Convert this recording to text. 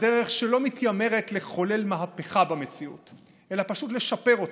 הדרך שלא מתיימרת לחולל מהפכה במציאות אלא פשוט לשפר אותה.